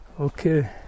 okay